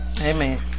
Amen